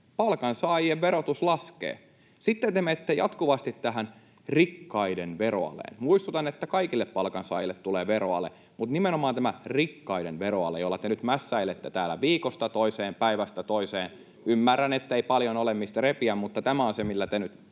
Palkansaajien verotus laskee. Sitten te menette jatkuvasti tähän rikkaiden veroaleen. Muistutan, että kaikille palkansaajille tulee veroale, mutta nimenomaan tämä rikkaiden veroale, jolla te nyt mässäilette täällä viikosta toiseen, päivästä toiseen — ymmärrän, ettei paljon ole, mistä repiä, mutta tämä on se teidän